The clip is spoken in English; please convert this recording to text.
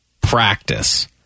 practice